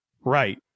Right